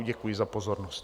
Děkuji za pozornost.